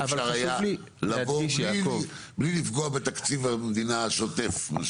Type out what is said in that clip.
אפשר היה לבוא בלי לפגוע בתקציב המדינה השוטף.